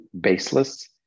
baseless